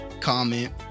comment